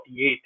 1948